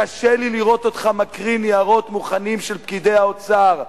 קשה לי לראות אותך מקריא ניירות מוכנים של פקידי האוצר.